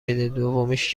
میده، دومیشم